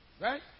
Right